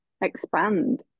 expand